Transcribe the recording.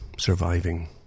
Surviving